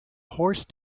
horse